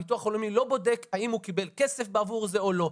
הביטוח הלאומי לא בודק האם הוא קיבל כסף בעבור זה או לא.